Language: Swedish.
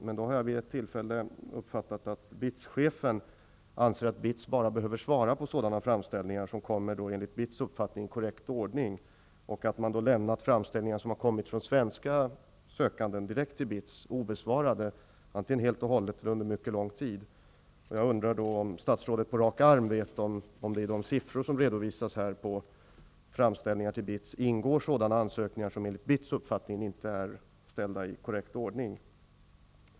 Men jag har vid ett tillfälle uppfattat att BITS-chefen anser att BITS bara behöver svara på sådana framställningar som enligt BITS uppfattning kommer i korrekt ordning och att man lämnat framställningar, som har kommit från svenska sökande direkt till BITS, obesvarade -- antingen helt och hållet eller under mycket lång tid. Jag undrar om statsrådet på rak arm vet om det i de siffror som redovisas på framställningar till BITS uppfattning inte är framställda i korrekt ordning.